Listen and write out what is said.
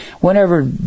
Whenever